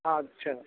ਅੱਛਾ